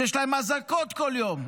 שיש אזעקות כל יום?